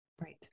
Right